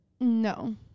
No